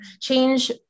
change